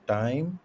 time